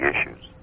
issues